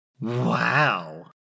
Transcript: Wow